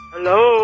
Hello